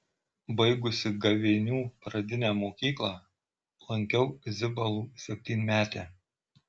baigusi gavėnių pradinę mokyklą lankiau zibalų septynmetę